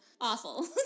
awful